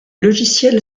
logiciel